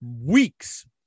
weeks